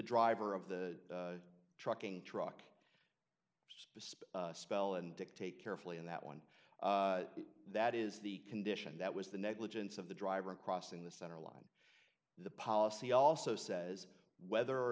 driver of the trucking truck spell and dictate carefully in that one that is the condition that was the negligence of the driver crossing the center line the policy also says whether or